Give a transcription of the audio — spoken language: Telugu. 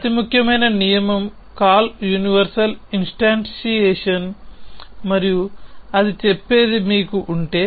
అతి ముఖ్యమైన నియమం కాల్ యూనివర్సల్ ఇన్స్టాంటియేషన్ మరియు అది చెప్పేది మీకు ఉంటే